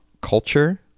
culture